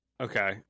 okay